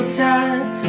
tight